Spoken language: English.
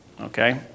okay